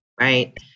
right